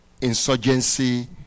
insurgency